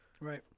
right